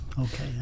okay